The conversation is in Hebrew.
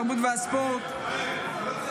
התרבות והספורט --- טייב,